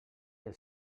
els